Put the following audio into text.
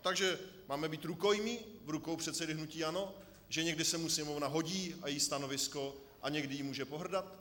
Takže máme být rukojmí v rukou předsedy hnutí ANO, že někdy se mu Sněmovna hodí, a její stanovisko, a někdy jí může pohrdat!